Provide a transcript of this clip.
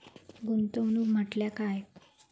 गुंतवणूक म्हटल्या काय?